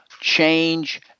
change